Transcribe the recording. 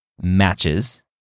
matches